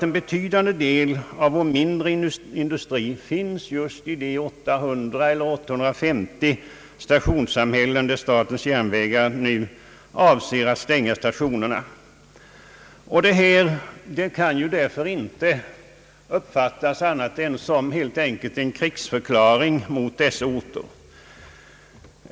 En betydande del av vår mindre industri finns just i de 800 eller 850 stationssamhällen där statens järnvägar nu avser att stänga stationerna, och det kan därför inte uppfattas som annat än en krigsförklaring mot dessa orter.